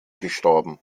gestorben